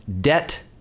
debt